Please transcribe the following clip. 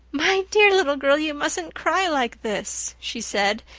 my dear little girl, you mustn't cry like this, she said,